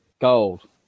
gold